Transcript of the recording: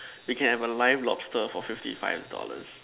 we can have a live lobster for fifty five dollars